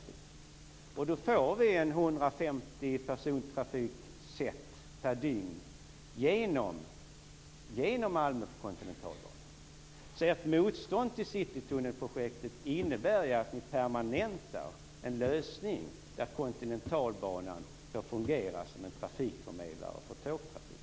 Då får vi på Kontinentalbanan ungefär 150 persontrafiksätt per dygn genom Malmö. Ert motstånd mot Citytunnelprojektet innebär alltså att ni permanentar en lösning som innebär att Kontinentalbanan får fungera som en trafikförmedlare för tågtrafiken.